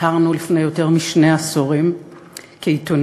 הכרנו לפני יותר משני עשורים כעיתונאים.